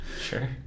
Sure